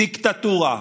דיקטטורה.